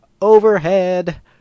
overhead